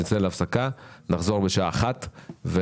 נצא להפסקה ונחזור בשעה 13:00. (הישיבה